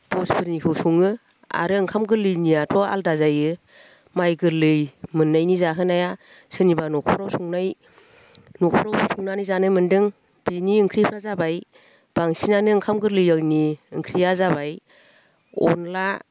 भजफोरनिखौ सङो आरो ओंखाम गोरलैनियाथ' आलदा जायो माइ गोरलै मोननायनि जाहोनाया सोरनिबा न'खराव संनाय न'खरावबो संनानै जानो मोन्दों बिनि ओंख्रिफ्रा जाबाय बांसिनानो ओंखाम गोरलैनि ओंख्रिया जाबाय अनद्ला